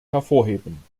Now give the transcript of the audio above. hervorheben